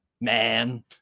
man